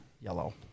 yellow